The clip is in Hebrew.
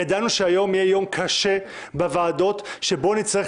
ידענו שהיום יהיה יום קשה בוועדות שבו נצטרך